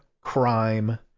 crime